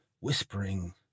whispering